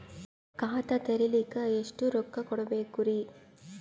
ಖಾತಾ ತೆರಿಲಿಕ ಎಷ್ಟು ರೊಕ್ಕಕೊಡ್ಬೇಕುರೀ?